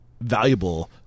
valuable